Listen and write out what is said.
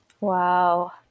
Wow